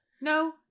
No